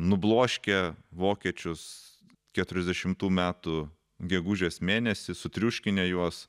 nubloškę vokiečius keturiasdešimtų metų gegužės mėnesį sutriuškinę juos